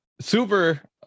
Super